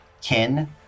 kin